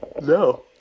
No